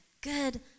good